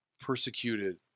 persecuted